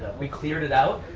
we cleared it out,